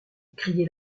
criait